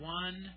one